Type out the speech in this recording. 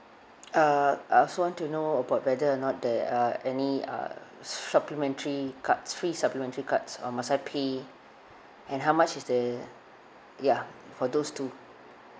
uh I also want to know about whether or not there are any uh supplementary cards free supplementary cards uh must I pay and how much is the ya for those two